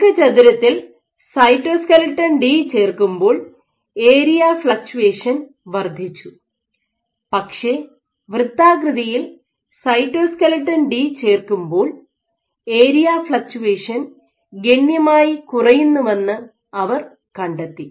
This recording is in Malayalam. ദീർഘചതുരത്തിൽ സൈറ്റോസ്ക്ലെട്ടൺ ഡി ചേർക്കുമ്പോൾ ഏരിയ ഫ്ളക്ച്ചുവേഷൻ വർദ്ധിച്ചു പക്ഷേ വൃത്താകൃതിയിൽ സൈറ്റോസ്ക്ലെട്ടൺ ഡി ചേർക്കുമ്പോൾ ഏരിയ ഫ്ളക്ച്ചുവേഷൻ ഗണ്യമായി കുറയുന്നുവെന്ന് അവർ കണ്ടെത്തി